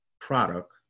product